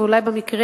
ואולי במקרה